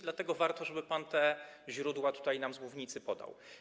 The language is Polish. Dlatego warto, żeby pan te źródła nam z mównicy podał.